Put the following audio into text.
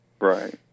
Right